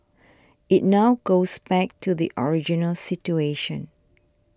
it now goes back to the original situation